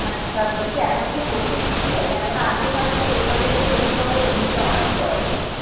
আচ্ছা বলছি এখনো কি ভর্তি নিচ্ছে কেননা আমিও ভাবছি ওই কলেজেই ভর্তি হব ইংলিশে অনার্স করার জন্য